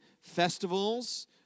festivals